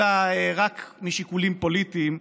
אלא רק משיקולים פוליטיים.